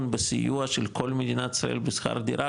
בסיוע של כל מדינת ישראל בשכר דירה,